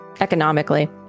economically